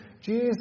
Jesus